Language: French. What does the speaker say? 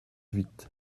huit